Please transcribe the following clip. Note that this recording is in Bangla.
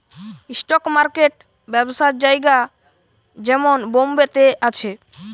স্টক মার্কেট ব্যবসার জায়গা যেমন বোম্বে তে আছে